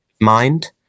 mind